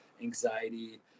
anxiety